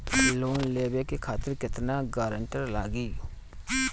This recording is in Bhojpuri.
लोन लेवे खातिर केतना ग्रानटर लागी?